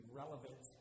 relevant